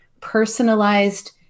personalized